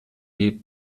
die